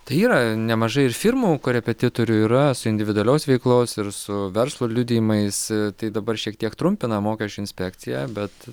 tai yra nemažai ir firmų korepetitorių yra su individualios veiklos ir su verslo liudijimais tai dabar šiek tiek trumpina mokesčių inspekcija bet